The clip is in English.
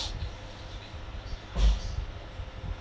<Z<